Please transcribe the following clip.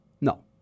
No